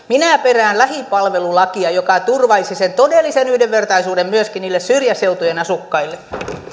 minä perään lähipalvelulakia joka turvaisi sen todellisen yhdenvertaisuuden myöskin niille syrjäseutujen asukkaille